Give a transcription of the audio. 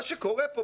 מה שקורה פה,